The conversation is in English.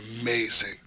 amazing